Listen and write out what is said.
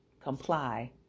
comply